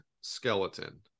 skeleton